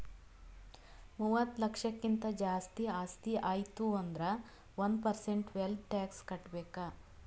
ಮೂವತ್ತ ಲಕ್ಷಕ್ಕಿಂತ್ ಜಾಸ್ತಿ ಆಸ್ತಿ ಆಯ್ತು ಅಂದುರ್ ಒಂದ್ ಪರ್ಸೆಂಟ್ ವೆಲ್ತ್ ಟ್ಯಾಕ್ಸ್ ಕಟ್ಬೇಕ್